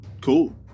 Cool